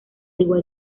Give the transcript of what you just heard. igual